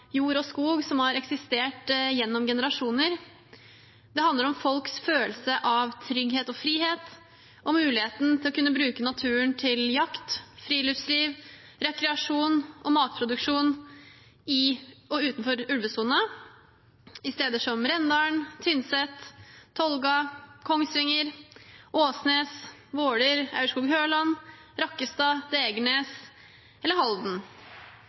jord og skog som har eksistert gjennom generasjoner. Det handler om folks følelse av trygghet og frihet og muligheten til å kunne bruke naturen til jakt, friluftsliv, rekreasjon og matproduksjon i og utenfor ulvesonen på steder som Rendalen, Tynset, Tolga, Kongsvinger, Åsnes, Våler, Aurskog-Høland, Rakkestad, Degernes eller Halden.